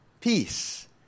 peace